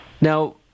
Now